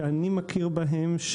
שאני מכיר בהם,